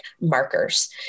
markers